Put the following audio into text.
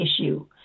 issue